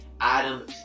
Adam